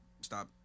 stop